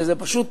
שזה פשוט